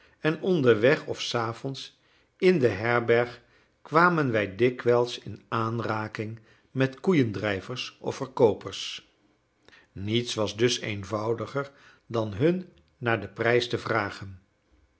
en onderweg of s avonds in de herberg kwamen wij dikwijls in aanraking met koeiendrijvers of verkoopers niets was dus eenvoudiger dan hun naar den prijs te vragen